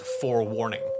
forewarning